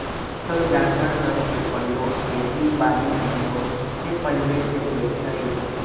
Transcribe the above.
पोसल जानवर सभ के प्रयोग खेति बारीमें बहुते पहिले से होइ छइ